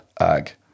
Ag